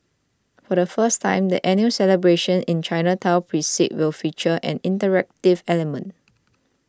for the first time the annual celebrations in the Chinatown precinct will feature an interactive element